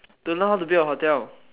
to learn how to build a hotel